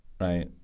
right